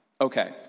okay